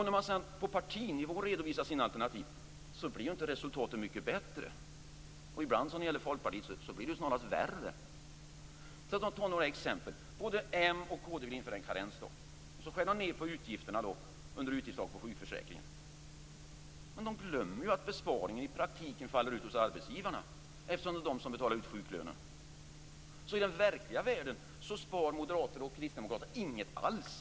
När man sedan redovisar sina alternativ på partinivå blir resultatet inte mycket bättre. Ibland, som när det gäller Folkpartiet, blir det snarast värre. Jag skall ta några exempel. Både m och kd vill införa en karensdag. Så skär de ned på utgifterna under utgiftstaket för sjukförsäkringen. Men de glömmer att besparingen i praktiken faller ut hos arbetsgivarna, eftersom det är de som betalar ut sjuklönen. I den verkliga världen spar moderater och kristdemokrater inget alls.